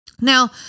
Now